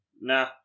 Nah